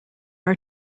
are